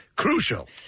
crucial